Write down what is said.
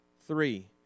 Three